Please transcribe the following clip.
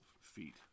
feet